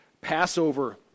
Passover